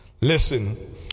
Listen